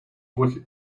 wicket